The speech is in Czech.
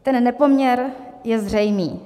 Ten nepoměr je zřejmý.